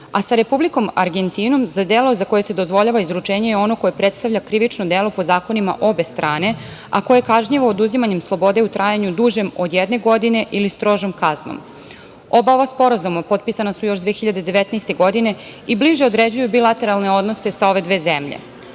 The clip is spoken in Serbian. a sa Republikom Argentinom za delo za koje se dozvoljava izručenje je ono koje predstavlja krivično delo po zakonima obe strane, a koje je kažnjivo oduzimanjem slobode u trajanju dužem od jedne godine ili strožom kaznom. Oba ova sporazuma potpisana su još 2019. godine i bliže određuju bilateralne odnose sa ove dve zemlje.